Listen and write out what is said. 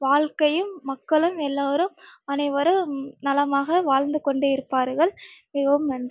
வாழ்க்கையும் மக்களும் எல்லோரும் அனைவரும் நலமாக வாழ்ந்து கொண்டிருப்பார்கள் மிகவும் நன்றி